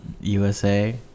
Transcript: usa